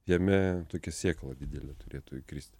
jame tokia sėkla didelė turėtų įkristi